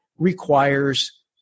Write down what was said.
requires